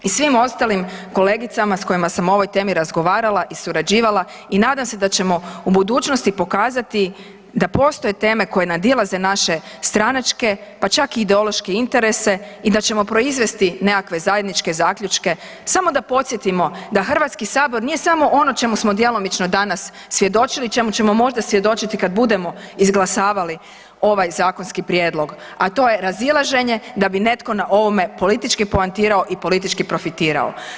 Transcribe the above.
I svim ostalim kolegicama s kojima sam o ovoj temi razgovarala i surađivala i nadam se da ćemo u budućnosti pokazati da postoje teme koje nadilaze naše stranačke pa čak i ideološke interese i da ćemo proizvesti nekakve zajedničke zaključke samo da podsjetimo da Hrvatski sabor nije samo ono čemu smo djelomično danas svjedočili i čemu ćemo možda svjedočiti kad budemo izglasavali ovaj zakonski prijedlog, a to je razilaženje da bi netko na ovome politički poentirao i politički profitirao.